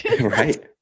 Right